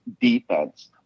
defense